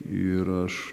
ir aš